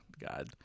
God